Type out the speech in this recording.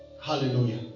Hallelujah